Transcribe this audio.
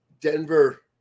Denver